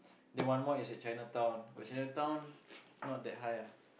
then one more is at Chinatown but Chinatown not that high ah